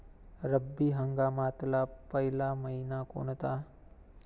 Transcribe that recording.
रब्बी हंगामातला पयला मइना कोनता?